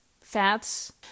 fats